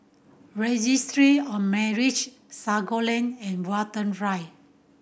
Registry of Marriage Sago Lane and Watten Drive